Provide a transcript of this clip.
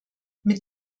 mit